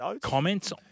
comments